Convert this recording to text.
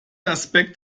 aspekt